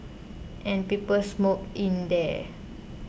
and people smoked in there